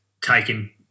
taking